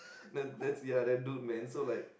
the the the ya that dude man so like